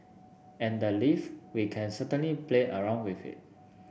and the leave we can certainly play around with it